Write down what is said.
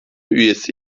üyesi